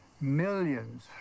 Millions